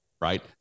right